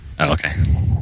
okay